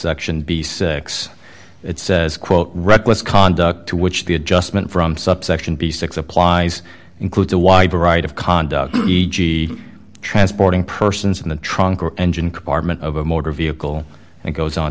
subsection b six it says quote reckless conduct to which the adjustment from subsection b six applies includes a wide variety of conduct e g transporting persons in the trunk or engine compartment of a motor vehicle and goes on